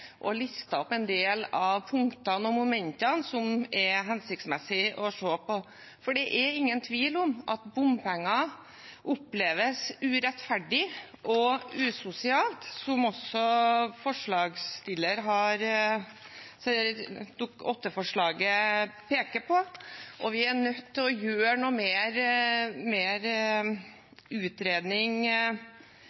er listet opp en del av punktene og momentene som det er hensiktsmessig å se på. For det er ingen tvil om at bompenger oppleves urettferdig og usosialt, slik også forslagsstilleren av Dokument 8-forslaget peker på. Vi er nødt til å gjøre noe mer utredning av hvordan vi skal få det mer